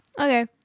Okay